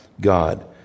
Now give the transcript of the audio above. God